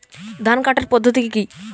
ধান কাটার পদ্ধতি কি কি?